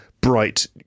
bright